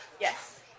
Yes